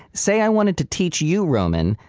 say, i wanted to teach you, roman,